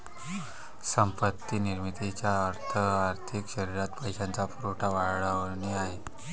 संपत्ती निर्मितीचा अर्थ आर्थिक शरीरात पैशाचा पुरवठा वाढवणे आहे